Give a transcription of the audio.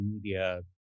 media